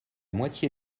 moitié